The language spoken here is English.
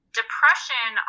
depression